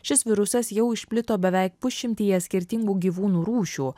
šis virusas jau išplito beveik pusšimtyje skirtingų gyvūnų rūšių